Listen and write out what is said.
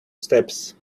steps